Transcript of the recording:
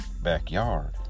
backyard